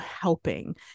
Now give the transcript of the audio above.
helping